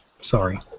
sorry